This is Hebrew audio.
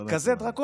מנגנון כזה דרקוני,